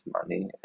money